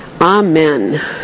Amen